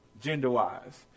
gender-wise